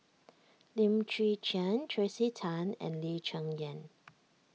Lim Chwee Chian Tracey Tan and Lee Cheng Yan